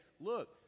look